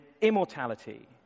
immortality